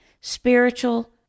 spiritual